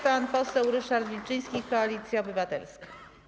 Pan poseł Ryszard Wilczyński, Koalicja Obywatelska.